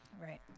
right